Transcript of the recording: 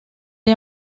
est